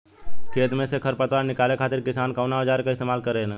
खेत में से खर पतवार निकाले खातिर किसान कउना औजार क इस्तेमाल करे न?